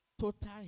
Total